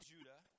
Judah